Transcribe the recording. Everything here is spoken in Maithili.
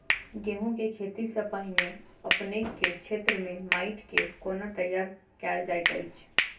गेंहूँ केँ खेती सँ पहिने अपनेक केँ क्षेत्र मे माटि केँ कोना तैयार काल जाइत अछि?